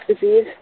disease